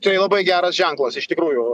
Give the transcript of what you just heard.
tai labai geras ženklas iš tikrųjų